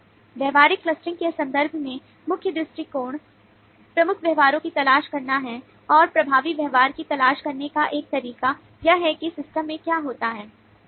व्यवहारिक क्लस्टरिंग के संदर्भ में मुख्य दृष्टिकोण प्रमुख व्यवहारों की तलाश करना है और प्रभावी व्यवहार की तलाश करने का एक तरीका यह है कि सिस्टम में क्या होता है system में क्या होता है